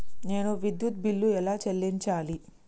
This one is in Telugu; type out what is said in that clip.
నేను విద్యుత్ బిల్లు ఎలా చెల్లించాలి?